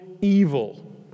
evil